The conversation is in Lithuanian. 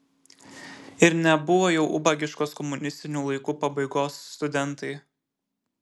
ir nebuvo jau ubagiškos komunistinių laikų pabaigos studentai